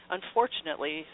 Unfortunately